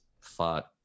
fought